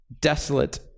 desolate